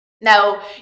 Now